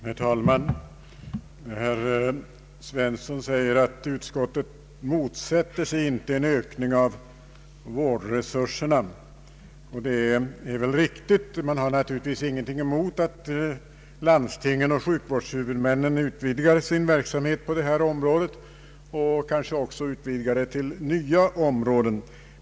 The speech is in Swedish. Herr talman! Herr Rikard Svensson säger att utskottet inte motsätter sig en ökning av vårdresurserna. Det är väl riktigt; man har naturligtvis ingenting emot att landstingen och sjukvårdshuvudmännen utvidgar sin verksamhet på detta område och kanske också utvidgar den till nya områden.